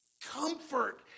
Comfort